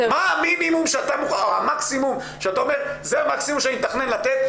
מה המינימום או מה המקסימום שאתה מתכנן לתת?